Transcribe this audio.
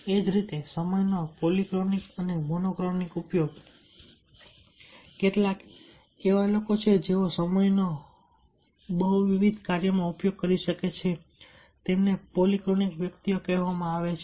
એ જ રીતે સમયનો પોલીક્રોનિક અને મોનોક્રોનિક ઉપયોગ છે કેટલાક લોકો એવા છે કે જેઓ સમયનો બહુવિધ કાર્યોમાં ઉપયોગ કરી શકે છે તેમને પોલીક્રોનિક વ્યક્તિઓ કહેવામાં આવે છે